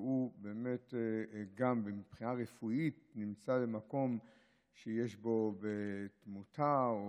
ובאמת גם מבחינה רפואית הוא נמצא במקום שיש בו תמותה,